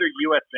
USA